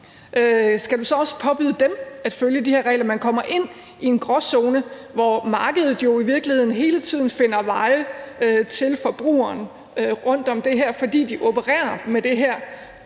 Skal du så også påbyde dem at følge de her regler? Man kommer ind i en gråzone, hvor markedet jo i virkeligheden hele tiden finder veje til forbrugeren rundt om det her, fordi de opererer med det her